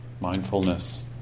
Mindfulness